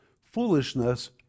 Foolishness